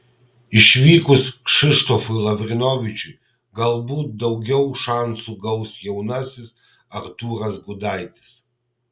išvykus kšištofui lavrinovičiui galbūt daugiau šansų gaus jaunasis artūras gudaitis